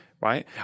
right